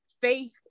faith